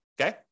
okay